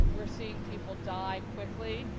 we're seeing people die quickly,